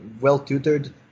well-tutored